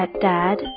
Dad